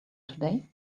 today